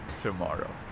tomorrow